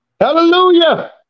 Hallelujah